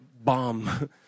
bomb